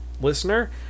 listener